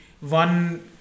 one